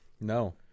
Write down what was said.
No